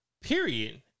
period